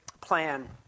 plan